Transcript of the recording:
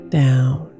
down